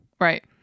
Right